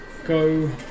Go